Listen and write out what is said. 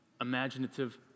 imaginative